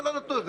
לא נתנו לי.